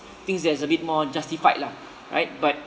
things that's a bit more justified lah right but